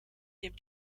dem